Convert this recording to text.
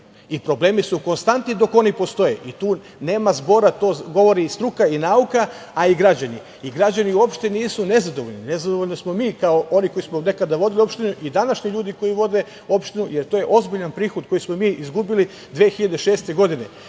i problemi su konstantni dok oni postoje i tu nema zbora. To govori i struka i nauka, a i građani. Građani uopšte nisu nezadovoljni. Nezadovoljni smo mi kao oni koji su nekada vodili opštinu i današnji ljudi koji vode opštinu, jer to je ozbiljan prihod koji smo mi izgubili 2006. godine,